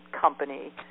company